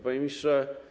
Panie Ministrze!